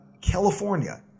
California